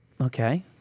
Okay